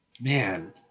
Man